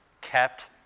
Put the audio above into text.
kept